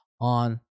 on